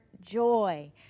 joy